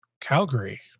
Calgary